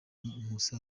nkusi